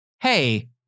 hey